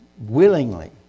willingly